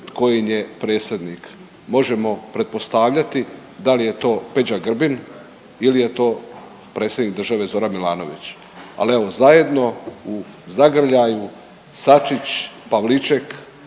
tko im je predsjednik. Možemo pretpostavljati da li je to Peđa Grbin ili je to predsjednik države Zoran Milanović. Ali evo zajedno u zagrljaju Sačić, Pavliček,